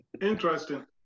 Interesting